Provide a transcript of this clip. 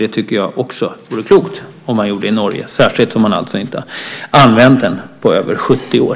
Det tycker jag också vore klokt om man gjorde i Norge, särskilt som man inte använt den på över 70 år.